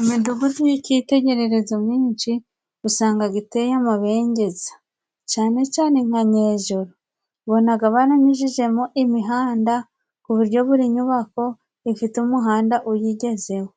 Imidugudu y'icyitegererezo myinshi, usangaga iteye amabengeza cane cane nka Nyejuru. Ubonaga baranyujijemo imihanda ku buryo buri nyubako ifite umuhanda uyigezeho.